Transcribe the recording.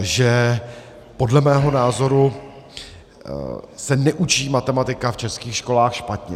Že podle mého názoru se neučí matematika v českých školách špatně.